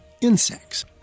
insects